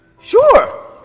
sure